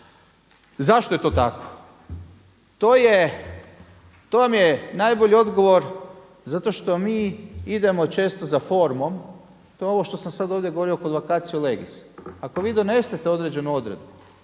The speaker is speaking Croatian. Zašto je to tako? To vam je najbolji odgovor zato što mi idemo često za formom, to je ovo što sam sada ovdje govorio kod vacatio legis. Ako vi donesete određenu odredbu,